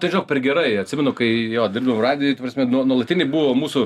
tai žinok per gerai atsimenu kai jo dirbdavau radijuj ta prasme nuolatiniai buvo mūsų